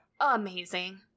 amazing